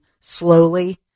slowly